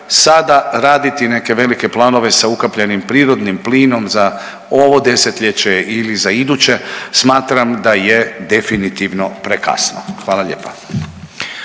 sada raditi neke velike planove sa ukapljenim prirodnim plinom za ovo desetljeće ili za iduće smatram da je definitivno prekasno. Hvala lijepa.